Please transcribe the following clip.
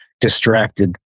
distracted